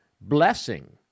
blessing